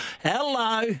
hello